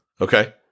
Okay